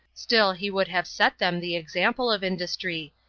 still he would have set them the example of industry,